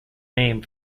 name